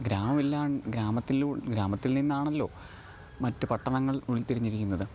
ഗ്രാമമില്ലാ ഗ്രാമത്തിലൂ ഗ്രാമത്തില് നിന്നാണല്ലോ മറ്റു പട്ടണങ്ങള് ഉള്ത്തിരിഞ്ഞിരിക്കുന്നത്